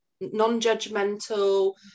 non-judgmental